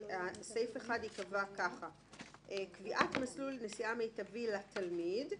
שסעיף (1) ייקבע כך: "קביעת מסלול נסיעה מיטבי לתלמיד,